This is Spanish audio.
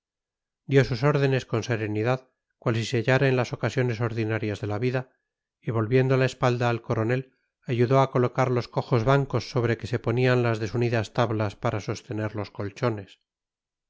ponerla dio sus órdenes con serenidad cual si se hallara en las ocasiones ordinarias de la vida y volviendo la espalda al coronel ayudó a colocar los cojos bancos sobre que se ponían las desunidas tablas para sostener los colchones